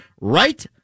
right